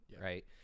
right